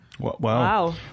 Wow